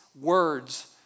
words